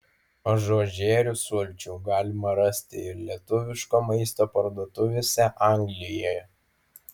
ažuožerių sulčių galima rasti ir lietuviško maisto parduotuvėse anglijoje